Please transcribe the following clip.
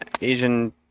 Asian